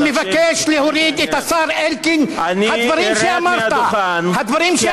אני מבקש להוריד את השר אלקין מעל הדוכן מייד.